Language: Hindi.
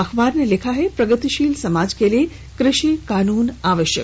अखबार ने लिखा है प्रगतिशील समाज के लिए कृषि कानून आवश्यक